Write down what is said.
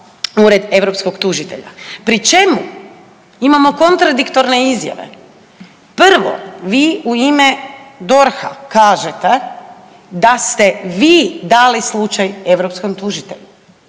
Ured europskog tužitelja pri čemu imamo kontradiktorne izjave. Prvo vi u ime DORH-a kažete da ste vi dali slučaj europskom tužitelju,